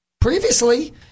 previously